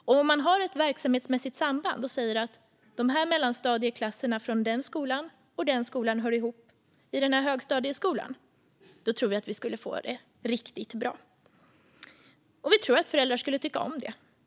Om man har ett verksamhetsmässigt samband och säger att mellanstadieklasserna från den skolan och den skolan hör ihop i den här högstadieskolan, då tror jag att vi skulle få det riktigt bra. Vi tror att föräldrar skulle tycka om det.